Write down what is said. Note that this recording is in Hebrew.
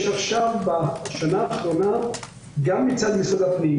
יש עכשיו בשנה האחרונה גם מצד משרד הפנים